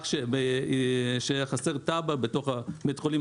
רק שחבר תב"ע בבית החולים,